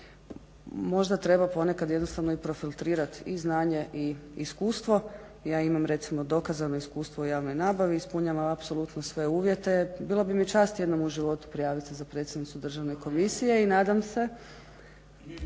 Možda treba ponekad jednostavno i profiltrirati i znanje i iskustvo. Ja imam recimo dokazano iskustvo u javnoj nabavi, ispunjavam apsolutno sve uvjete bila bi mi čast jednom u životu prijaviti se za predsjednicu Državne komisije i nadam se